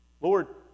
Lord